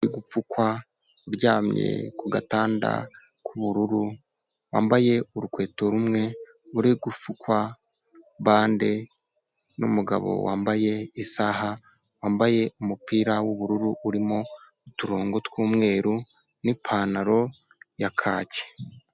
Umugore uri gupfukwa uryamye ku gatanda k'ubururu, wambaye urukweto rumwe, uri gufukwa bande n'umugabo wambaye isaha, wambaye umupira w'ubururu urimo uturongo tw'umweru n'ipantaro ya kaki.